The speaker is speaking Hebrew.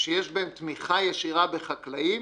שיש בהן תמיכה ישירה בחקלאים,